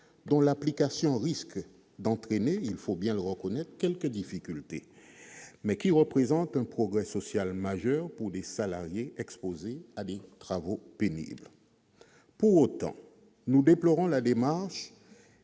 dont l'application risque d'entraîner, il faut bien le reconnaître, quelques difficultés, mais qui représente un progrès social majeur pour les salariés exposés à des travaux pénibles. Pour autant, nous déplorons la démarche